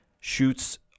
shoots